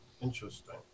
interesting